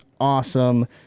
awesome